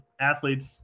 athletes